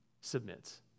submits